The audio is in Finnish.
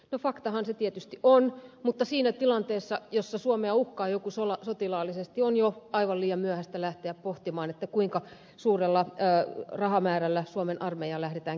no faktahan se tietysti on mutta siinä tilanteessa jossa suomea uhkaa joku sotilaallisesti on jo aivan liian myöhäistä lähteä pohtimaan kuinka suurella rahamäärällä suomen armeijaa lähdetään kehittämään